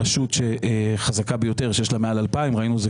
רשות חזקה ביותר שיש לה מעל 2,000 ראינו שזאת